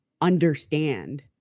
understand